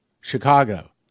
Chicago